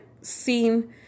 seen